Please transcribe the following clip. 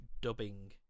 dubbing